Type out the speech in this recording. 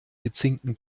gezinkten